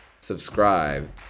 subscribe